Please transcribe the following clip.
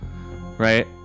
Right